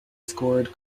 scored